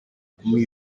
kumuha